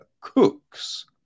Cooks